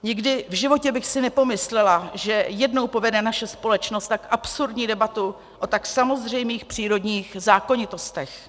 Nikdy v životě bych si nepomyslela, že jednou povede naše společnost tak absurdní debatu o tak samozřejmých přírodních zákonitostech.